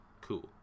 Cool